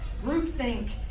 Groupthink